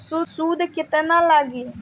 सूद केतना लागी?